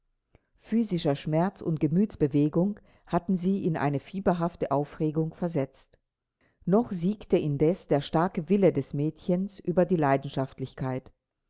physischer schmerz und gemütsbewegung hatten sie in eine fieberhafte aufregung versetzt noch siegte indes der starke wille des mädchens über die leidenschaftlichkeit